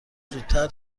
زودتر